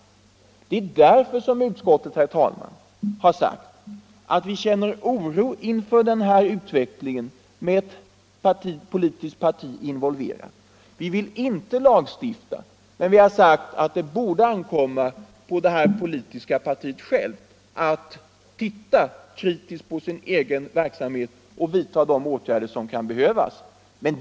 Det är därför, herr talman, som vi i utskottet har sagt att vi känner oro inför denna utveckling, med ett politiskt parti involverat. Vi vill inte lagstifta, men vi har ansett att det borde ankomma på det politiska partiet självt att kritiskt granska sin egen verksamhet och vidta de åtgärder som kan behövas.